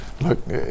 look